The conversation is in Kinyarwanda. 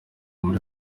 muri